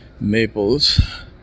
maples